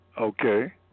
Okay